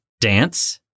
Dance